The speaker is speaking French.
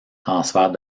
transfert